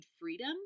freedom